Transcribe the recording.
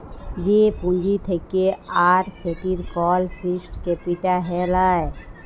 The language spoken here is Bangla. যে পুঁজি থাক্যে আর সেটির কল ফিক্সড ক্যাপিটা হ্যয় লায়